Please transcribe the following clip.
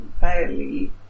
fairly